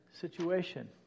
situation